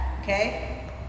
Okay